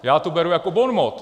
Já to beru jako bonmot.